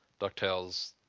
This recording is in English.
DuckTales